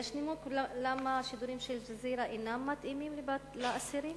יש נימוק למה השידורים של "אל-ג'זירה" אינם מתאימים לאסירים?